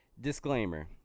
Disclaimer